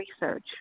research